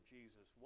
Jesus